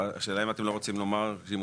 השאלה היא אם אתם לא רוצים לומר שהיא